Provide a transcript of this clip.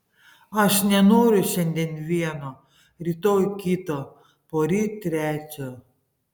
aš nenoriu šiandien vieno rytoj kito poryt trečio